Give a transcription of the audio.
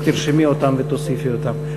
תרשמי אותם ותוסיפי אותם.